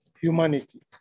humanity